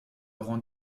rend